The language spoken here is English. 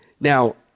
Now